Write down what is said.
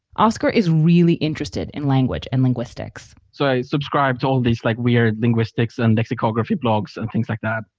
oscar is really interested in language and linguistics. so i subscribe to all these like weird linguistics and lexicography blogs and things like that.